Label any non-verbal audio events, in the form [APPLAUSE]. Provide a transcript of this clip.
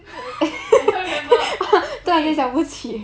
[LAUGHS] I can't remember wait